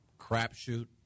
crapshoot